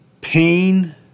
pain